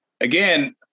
Again